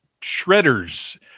Shredders